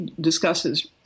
discusses